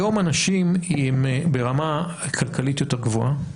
היום אנשים הם ברמה כלכלית יותר גבוהה,